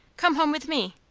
come home with me.